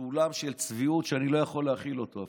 סולם של צביעות שאני לא יכול להכיל אותו,